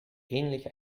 ähnlich